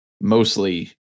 mostly